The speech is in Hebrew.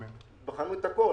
בחנו את הכול.